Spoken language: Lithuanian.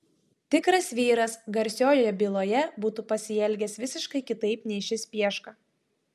tikras vyras garsiojoje byloje būtų pasielgęs visiškai kitaip nei šis pieška